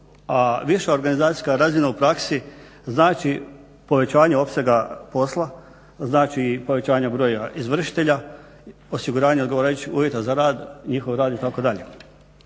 viša organizacijska razina u praksi znači povećanje opsega posla, znači povećanje broja izvršitelja, osiguranje odgovarajućih uvjeta za rad, njihov rad itd.